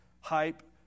hype